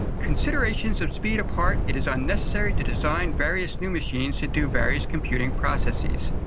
considerations of speed apart, it is unnecessary to design various new machines to do various computing processes.